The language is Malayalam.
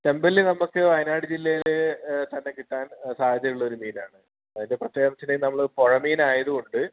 ചെമ്പല്ലി നമുക്ക് വയനാട് ജില്ലയിൽ തന്നെ കിട്ടാൻ സാധ്യത ഉള്ള ഒരു മീനാണ് അതിൻ്റെ പ്രത്യേകതയെന്നു വെച്ചിട്ടുണ്ടെങ്കിൽ നമ്മൾ പുഴമീൻ ആയതുകൊണ്ട്